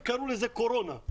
וקראו לזה קורונה.